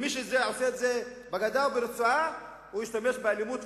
מי שעושה את זה בגדה או ברצועה משתמש באלימות,